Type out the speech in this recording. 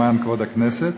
למען כבוד הכנסת.